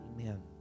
Amen